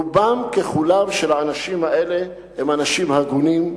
רובם ככולם של האנשים האלה הם אנשים הגונים,